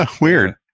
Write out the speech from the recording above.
Weird